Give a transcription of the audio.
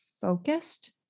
focused